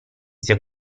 sia